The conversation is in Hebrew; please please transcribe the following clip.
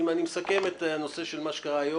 אני מסכם את הנושא של מה שקרה היום.